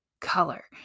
color